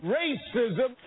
racism